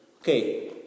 okay